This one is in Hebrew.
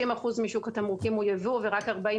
60 אחוזים משוק התמרוקים הוא יבוא ורק 40